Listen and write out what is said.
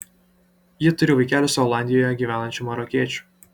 ji turi vaikelį su olandijoje gyvenančiu marokiečiu